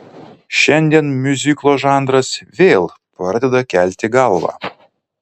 šiandien miuziklo žanras vėl pradeda kelti galvą